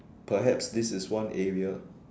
perhaps this is one area